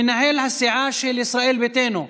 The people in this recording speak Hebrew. מנהל הסיעה של ישראל ביתנו.